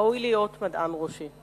ראוי להיות מדען ראשי.